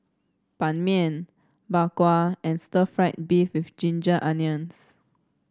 Ban Mian Bak Kwa and stir fry beef with Ginger Onions